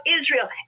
Israel